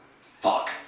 Fuck